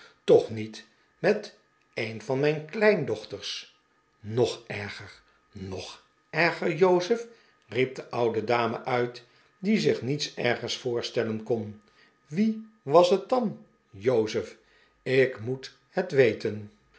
toch niet met een van mijn kleindochters nog erger nog erger jozef riep de oude dame uit die zich niets ergers voorstellen kon wie was het dan jozef ik moet het weten